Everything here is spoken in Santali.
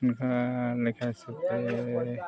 ᱚᱱᱠᱟ ᱞᱮᱠᱟ ᱦᱤᱥᱟᱹᱵᱽᱛᱮ